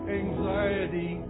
anxiety